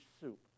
soup